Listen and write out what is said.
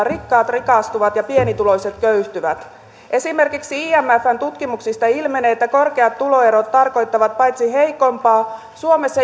rikkaat rikastuvat ja pienituloiset köyhtyvät esimerkiksi imfn tutkimuksista ilmenee että korkeat tuloerot tarkoittavat paitsi heikompaa ja suomessa